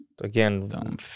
Again